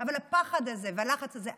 אבל הפחד הזה והלחץ הזה.